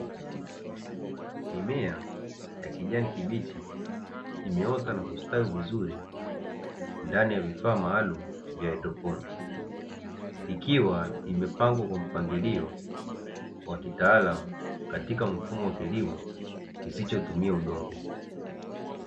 Mimea ya kijani kibichi imeota na kustawi ndani ya vifaa maalumu vya haidroponi, ikiwa imepangwa kwa mpangilio wa kitaalamu katika mfumo wa kilimo kisichotumia udongo.